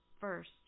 first